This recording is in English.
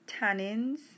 tannins